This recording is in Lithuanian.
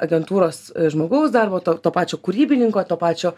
agentūros žmogaus darbo to to pačio kūrybininko to pačio